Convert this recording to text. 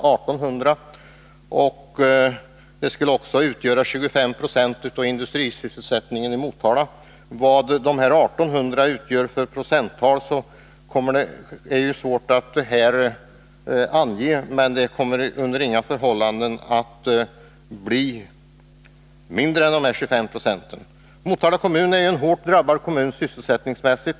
Med det i betänkandet angivna antalet anställda skulle Luxor svara för 25 96 av industrisysselsättningen i Motala. Det är svårt att här ange vad 1 800 anställda motsvarar för procenttal, men det är under alla förhållanden mer än 25 9. Motala kommun är en hårt drabbad kommun sysselsättningsmässigt.